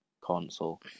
console